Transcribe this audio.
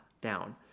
down